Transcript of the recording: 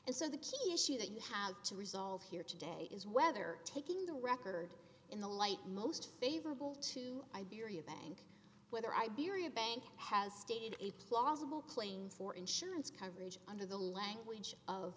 the key issue that you have to resolve here today is whether taking the record in the light most favorable to iberia bank whether iberia bank has stated a plausible claim for insurance coverage under the language of